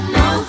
no